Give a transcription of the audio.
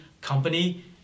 company